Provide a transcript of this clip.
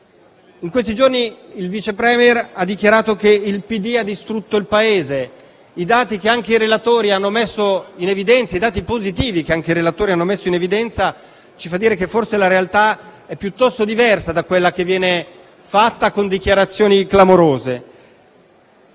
In questi giorni il Vice *Premier* ha dichiarato che il PD ha distrutto il Paese: i dati positivi che anche i relatori hanno messo in evidenza ci fanno dire che forse la realtà è piuttosto diversa da quella che viene rappresentata con dichiarazioni clamorose.